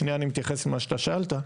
שנייה אני מתייחס למה שאתה שאלת.